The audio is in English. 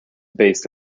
based